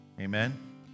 Amen